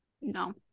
No